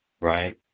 right